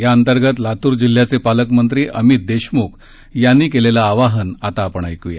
त्याअंतर्गत लातूर जिल्ह्याचे पालकमंत्री अमित देशमुख यांनी केलेलं आवाहन आपण ऐकूया